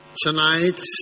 tonight